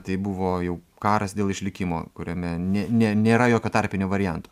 tai buvo jau karas dėl išlikimo kuriame nė nė nėra jokio tarpinio varianto